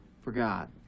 forgot